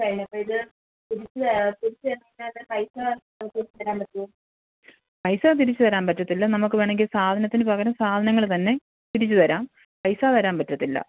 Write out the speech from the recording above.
പൈസ തിരിച്ച് തരാൻ പറ്റത്തില്ല നമുക്ക് വേണമെങ്കിൽ സാധനത്തിന് പകരം സാധനങ്ങൾ തന്നെ തിരിച്ച് തരാം പൈസ തരാൻ പറ്റത്തില്ല